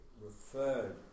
referred